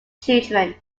children